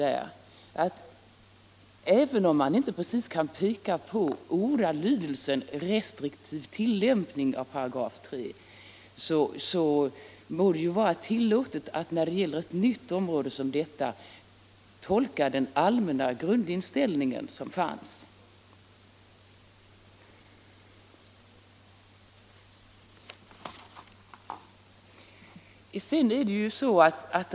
Även om man inte precis kan peka på ordalydelsen ”restriktiv tillämpning av tredje paragrafen” må det väl vara tillåtet att när det gäller ett nytt område som detta tolka den allmänna grundinställning som fanns.